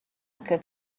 que